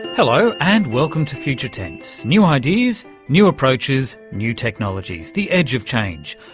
hello, and welcome to future tense, new ideas, new approaches, new technologies, the edge of change.